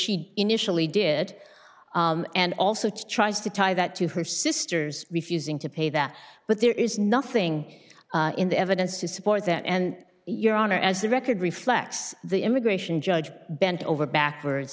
she initially did and also tries to tie that to her sister's refusing to pay that but there is nothing in the evidence to support that and your honor as the record reflects the immigration judge bent over backwards